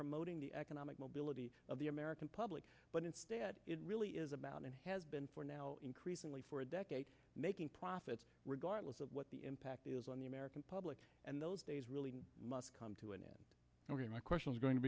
promoting the economic mobility of the american public but instead it really is about and has been for now increasingly for decades making profits regardless of what the impact is on the american public and those days really must come to an end my question is going to